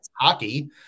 Hockey